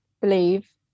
believe